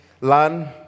learn